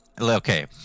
Okay